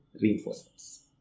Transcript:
reinforcements